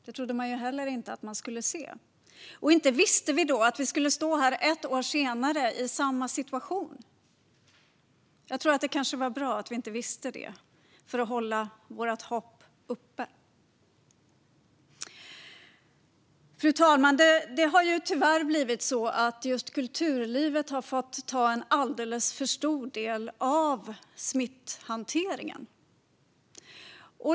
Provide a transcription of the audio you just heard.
Det trodde man ju heller inte att man skulle få se. Inte visste vi då att vi skulle stå här, ett år senare, i samma situation. Jag tror att det kanske var bra att vi inte visste det, för att vi skulle klara att hålla vårt hopp uppe. Fru talman! Det har tyvärr blivit så att kulturlivet har fått ta en alldeles för stor del av smitthanteringen.